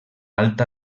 alta